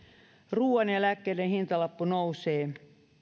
ruoan ja lääkkeiden hintalappu nousee